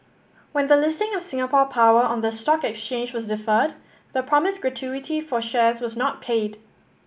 when the listing of Singapore Power on the stock exchange was deferred the promised gratuity for shares was not paid